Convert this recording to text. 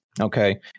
okay